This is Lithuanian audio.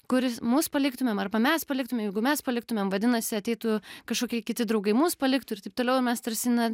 kuris mus paliktumėm arba mes paliktume jeigu mes paliktumėm vadinasi ateitų kažkokie kiti draugai mus paliktų ir taip toliau mes tarsi